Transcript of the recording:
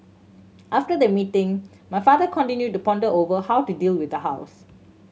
after the meeting my father continued to ponder over how to deal with the house